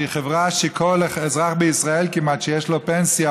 שהיא חברה שכל אזרח בישראל כמעט שיש לו פנסיה,